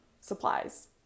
supplies